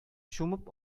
чумып